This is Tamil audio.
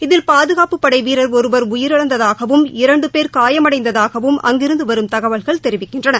இதில் பாதுகாப்பு படை வீரர் ஒருவர் உயிரிழந்ததாகவும் இரண்டு பேர் காயமடைந்ததாகவும் அங்கிருந்து வரும் தகவல்கள் தெரிவிக்கின்றன